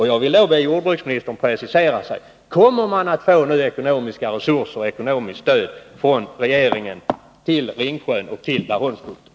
Jag vill be jordbruksministern att precisera sig: Kommer man att få ekonomiska resurser och ekonomiskt stöd från regeringen till Ringsjön och till Laholmsbukten?